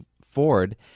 Ford